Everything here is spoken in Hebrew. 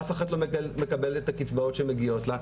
אף אחת לא מקבלת את הקצבאות שמגיעות לה,